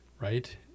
right